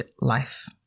life